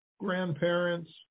grandparents